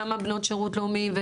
כמה בני ובנות שירות לאומי?